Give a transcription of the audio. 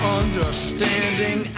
understanding